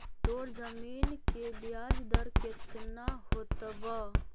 तोर जमीन के ब्याज दर केतना होतवऽ?